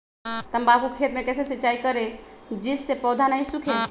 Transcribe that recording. तम्बाकू के खेत मे कैसे सिंचाई करें जिस से पौधा नहीं सूखे?